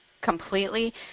completely